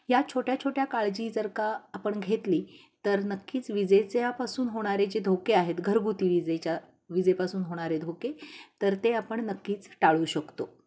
या छोट्या छोट्या काळजी जर का आपण घेतली तर नक्कीच विजेच्या पासून होणारे जे धोके आहेत घरगुती विजेच्या विजेपासून होणारे धोके तर ते आपण नक्कीच टाळू शकतो